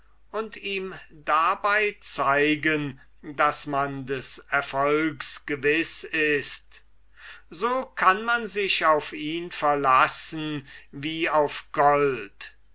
und ihm dabei zeigen daß man des erfolgs gewiß ist so kann man sich auf ihm verlassen wie auf gold